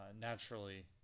naturally